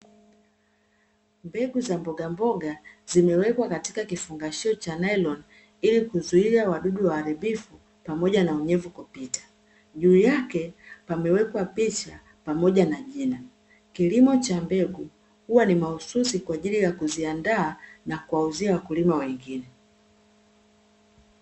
Mbegu za mbogamboga zimewekwa katika kifungashio cha nailoni ili kizuia wadudu waharibifu pamoja na unyevu kupita. Juu yake pamewekwa picha pamoja na jina. Kilimo cha mbegu huwa ni mahususi kwa ajili ya kuziandaa na kuwauzia wakulima wengine.